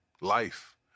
life